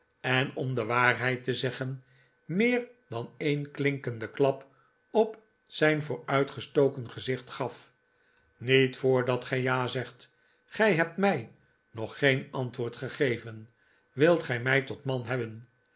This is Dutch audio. en om de waarheid te zeggen meer dan een klinkenden klap op zijn vooruitgestoken gezicht gaf niet voordat gij ja zegt gij hebt mij nog geen antwoord gegeven wilt gij mij tot man hebben